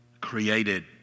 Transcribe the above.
created